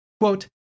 Quote